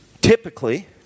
typically